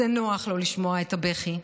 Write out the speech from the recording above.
זה נוח לא לשמוע את הבכי,